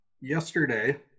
Yesterday